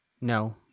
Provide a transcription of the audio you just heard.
no